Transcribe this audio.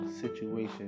situation